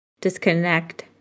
disconnect